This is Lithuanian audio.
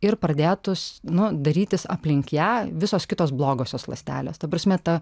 ir pradėtūs nu darytis aplink ją visos kitos blogosios ląstelės ta prasme ta